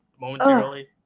momentarily